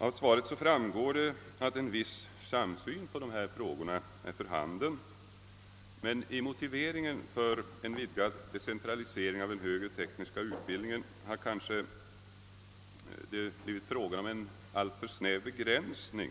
Av svaret framgår att viss samsyn på de aktualiserade frågorna är för handen, men motiveringen för en vidgad decentralisering av den högre tekniska utbildningen har kanske blivit alltför snävt begränsad,